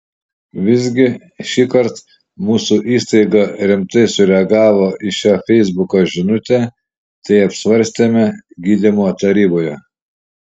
visgi šįkart mūsų įstaiga rimtai sureagavo į šią feisbuko žinutę tai apsvarstėme gydymo taryboje